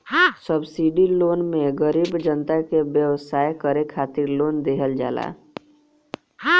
subsidy loan मे गरीब जनता के व्यवसाय करे खातिर लोन देहल जाला